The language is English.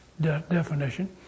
definition